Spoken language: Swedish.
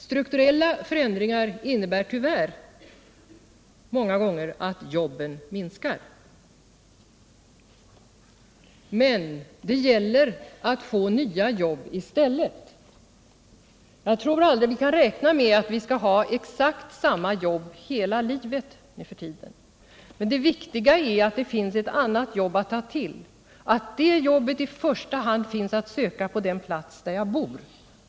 Strukturella förändringar innebär tyvärr ofta att antalet arbeten minskar. Men det gäller att få nya arbeten i stället. Jag tror inte att vi nu för tiden kan räkna med att ha exakt samma arbete hela livet. Det viktiga är att det finns ett annat arbete att ta till och att det arbetet i första hand finns att söka på den plats där man bor.